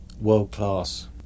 world-class